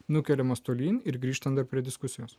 nukeliamas tolyn ir grįžtant prie diskusijos